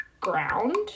Ground